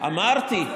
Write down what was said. לא התעוררת היום?